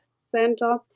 Center